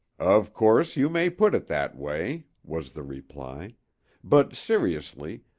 of course you may put it that way, was the reply but, seriously,